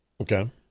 Okay